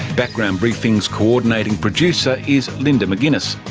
background briefing's coordinating producer is linda mcguiness,